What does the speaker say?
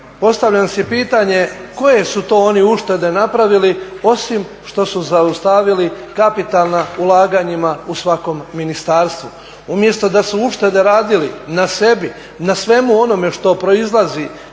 postavljam si pitanje koje su to oni uštede napravili osim što su zaustavili kapitalna ulaganjima u svakom ministarstvu. Umjesto da su uštede radili na sebi, na svemu onome što proizlazi